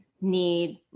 need